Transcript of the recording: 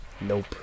Nope